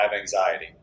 anxiety